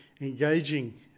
engaging